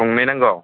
गंनै नांगौ